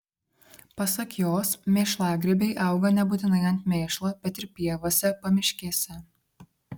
pasak jos mėšlagrybiai auga nebūtinai ant mėšlo bet ir pievose pamiškėse